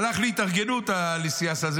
הלך להתארגנות הלוסיאס הזה,